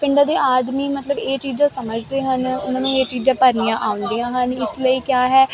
ਪਿੰਡਾਂ ਦੇ ਆਦਮੀ ਮਤਲਬ ਇਹ ਚੀਜ਼ਾਂ ਸਮਝਦੇ ਹਨ ਉਹਨਾਂ ਨੂੰ ਇਹ ਚੀਜ਼ਾਂ ਭਰਨੀਆਂ ਆਉਂਦੀਆਂ ਹਨ ਇਸ ਲਈ ਕਿਆ ਹੈ